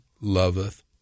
loveth